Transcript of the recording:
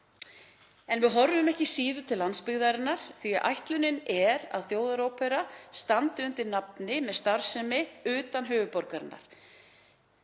En við horfum ekki síður til landsbyggðarinnar því að ætlunin er að Þjóðarópera standi undir nafni með starfsemi utan höfuðborgarinnar.